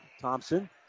Thompson